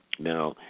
Now